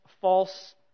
false